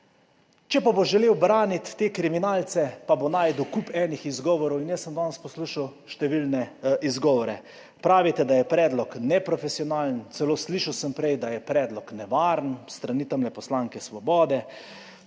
če bo želel braniti te kriminalce, pa bo našel kup enih izgovorov. In jaz sem danes poslušal številne izgovore. Pravite, da je predlog neprofesionalen, celo sem prej slišal, da je predlog nevaren, tamle s strani poslanke Svobode.